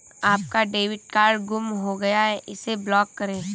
आपका debit card गुम हो गया है इसे ब्लॉक करें